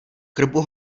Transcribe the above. krbu